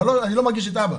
אבל אני לא מרגיש את אבא.